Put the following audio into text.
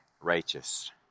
righteous